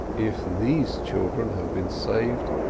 if these children have been saved,